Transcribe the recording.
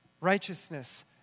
righteousness